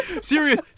Serious